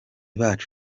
bacu